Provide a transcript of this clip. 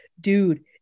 dude